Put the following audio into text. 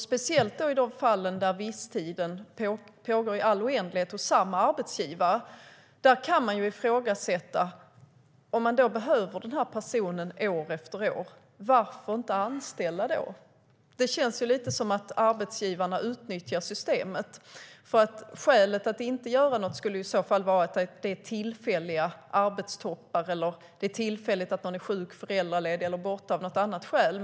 Speciellt i de fall där visstidsanställning pågår i all oändlighet hos samma arbetsgivare kan man ifrågasätta: Om en person behövs år efter år, varför då inte anställa personen? Det känns lite som att arbetsgivarna utnyttjar systemet. Skälet för att inte göra något skulle i så fall vara att det är tillfälliga arbetstoppar eller att det är ett tillfälligt behov därför att någon är sjuk, föräldraledig eller borta av något annat skäl.